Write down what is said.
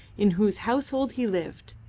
in whose household he lived,